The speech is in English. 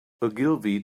ogilvy